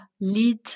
lead